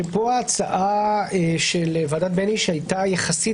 כשפה ההצעה של ועדת בייניש הייתה יחסית